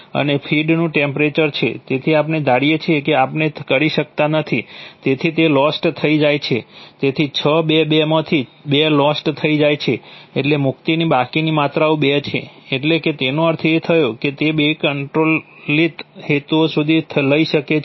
અને ફીડનું ટેમ્પરેચર છે તેથી આપણે ધારીએ છીએ કે આપણે કરી શકતા નથી તેથી તે લોસ્ટ થઇ જાય છે તેથી 6 2 2 માંથી 2 લોસ્ટ થઇ જાય છે એટલે મુક્તિની બાકીની માત્રાઓ 2 છે એટલે કે તેનો અર્થ એ થયો કે તે બે કંટ્રોલિત હેતુઓ સુધી લઈ શકે છે